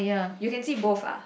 you can see both ah